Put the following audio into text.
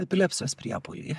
epilepsijos priepuoliai